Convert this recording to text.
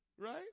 right